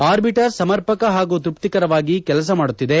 arbiter ಸಮರ್ಪಕ ಹಾಗೂ ತೃಪ್ತಿಕರವಾಗಿ ಕೆಲಸ ಮಾಡುತ್ತಿದೆ